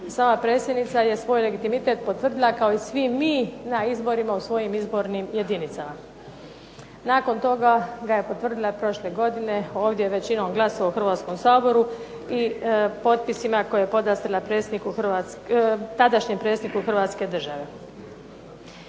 Sama predsjednica je svoj legitimitet potvrdila kao i svi mi na izborima u svojim izbornim jedinicama. Nakon toga ga je potvrdila prošle godine ovdje većinom glasova u Hrvatskom saboru i potpisima koje je podastrla tadašnjem predsjedniku Hrvatske države.